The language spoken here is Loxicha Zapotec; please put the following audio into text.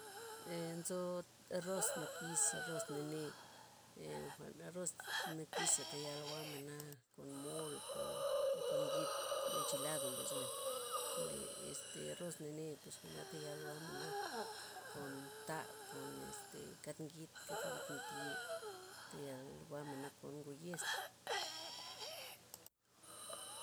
Eee nzo arroz nakiz, arroz nane', ee jwa'n arroz nakiza' tayal jwa'menna' kon mol, kon ngid enchilado mbesmen, le este arroz nane' pues jwa'na tayal jwa'mena kon ta', kon este kald ngid, kad ngid nit ye, thayal jwa'mena kon ngo yes